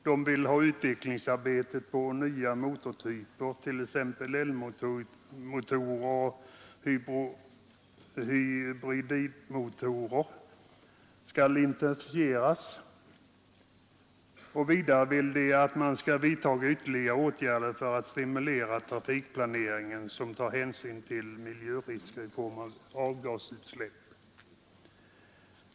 De vill att utvecklingsarbetet på nya motortyper, t.ex. elmotorer och hybridmotorer, skall intensifieras och vidare att ytterligare åtgärder vidtas för att stimulera en trafikplanering, som tar större hänsyn till miljörisker i form av avgasutsläpp m.m.